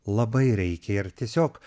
labai reikia ir tiesiog